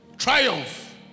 Triumph